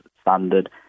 standard